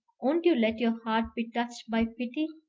won't you let your heart be touched by pity?